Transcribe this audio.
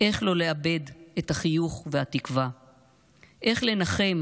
איך לא לאבד את החיוך והתקווה / איך לנחם